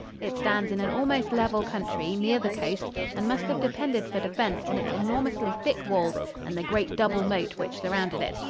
it stands in an almost level country near the coast and must have depended for defense on its enormously thick walls and the great double moat which surrounded it,